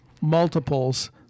multiples